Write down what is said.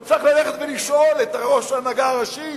הוא צריך ללכת ולשאול את ראש ההנהגה הראשית: